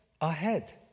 ahead